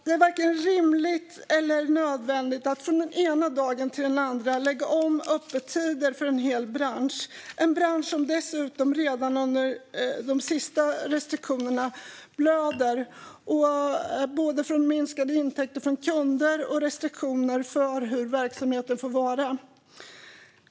Det är varken rimligt eller nödvändigt att från ena dagen till den andra lägga om öppettiderna för en hel bransch, en bransch som dessutom redan blöder på grund av minskade intäkter från kunder och restriktioner för hur stor verksamheten får vara.